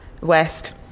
west